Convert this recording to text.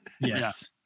yes